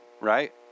right